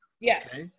Yes